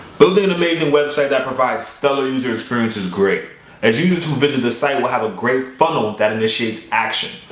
building an amazing website that provides stellar user experience is great as users will visit the site will have a great funnel that initiates action,